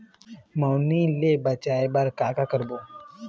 मैनी ले बचाए बर का का करबो?